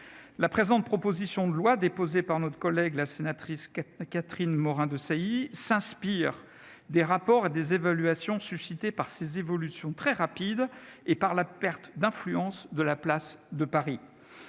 La présente proposition de loi déposée par notre collègue Catherine Morin-Desailly s'inspire des rapports et des évaluations suscités par ces évolutions très rapides et se justifie par la perte d'influence de la place de Paris.